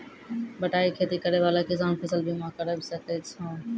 बटाई खेती करै वाला किसान फ़सल बीमा करबै सकै छौ?